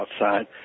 outside